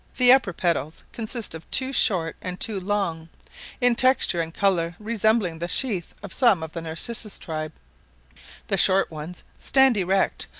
the upper petals consist of two short and two long in texture and colour resembling the sheath of some of the narcissus tribe the short ones stand erect,